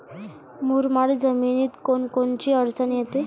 मुरमाड जमीनीत कोनकोनची अडचन येते?